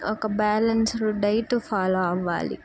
ఒక balance diet follow అవ్వాలి